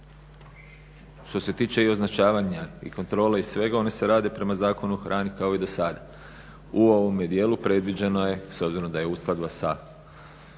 Što se tiče i označavanja i kontrole i svega one se rade prema Zakonu o hrani kao i dosada. U ovome dijelu predviđeno je, s obzirom da je uskladba sa